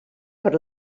per